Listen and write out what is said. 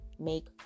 make